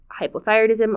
hypothyroidism